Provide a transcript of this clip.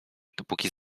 dopóki